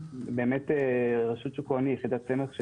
באמת רשות שוק ההון היא יחידת סמך של